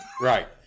Right